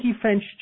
French